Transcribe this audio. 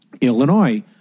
Illinois